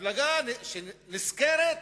מפלגה נשכרת,